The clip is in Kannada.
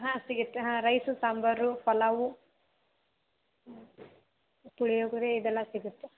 ಹಾಂ ಸಿಗುತ್ತೆ ಹಾಂ ರೈಸು ಸಾಂಬಾರು ಪಲಾವು ಪುಳಿಯೋಗರೆ ಇದೆಲ್ಲ ಸಿಗುತ್ತೆ